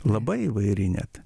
labai įvairi net